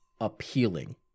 appealing